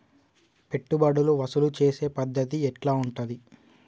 పెట్టుబడులు వసూలు చేసే పద్ధతి ఎట్లా ఉంటది?